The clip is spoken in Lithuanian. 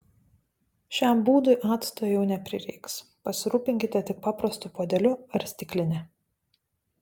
šiam būdui acto jau neprireiks pasirūpinkite tik paprastu puodeliu ar stikline